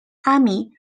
army